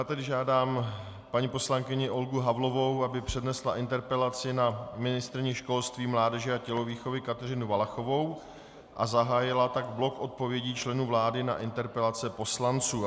Já tedy žádám paní poslankyni Olgu Havlovou, aby přednesla interpelaci na ministryni školství, mládeže a tělovýchovy Kateřinu Valachovou a zahájila tak blok odpovědí členů vlády na interpelace poslanců.